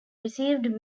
received